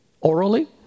orally